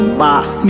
boss